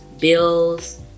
bills